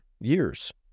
years